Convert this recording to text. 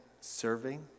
serving